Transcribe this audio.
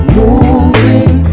moving